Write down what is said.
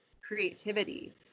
creativity